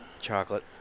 Chocolate